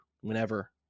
whenever